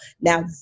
Now